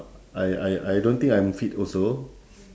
I I I don't think I'm fit also